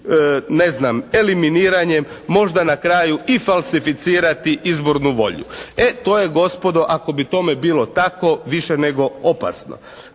njihovim eliminiranjem možda na kraju i falsificirati i izbornu volju. E to je gospodo ako bi tome bilo tako više nego opasno.